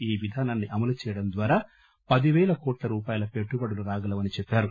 ఈ విధానాన్ని అమలు చేయడం ద్వారా పదిపేల కోట్ట రూపాయల పెట్టుబడులు రాగలవని చెప్పారు